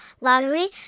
lottery